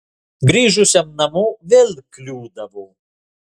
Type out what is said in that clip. grįžusiam namo vėl kliūdavo